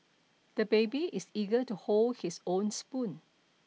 the baby is eager to hold his own spoon